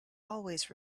always